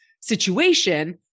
situation